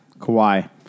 Kawhi